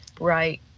Right